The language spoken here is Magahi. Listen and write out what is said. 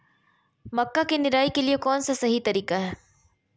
मक्का के निराई के लिए कौन सा तरीका सही है?